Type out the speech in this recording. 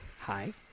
Hi